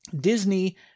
Disney